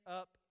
up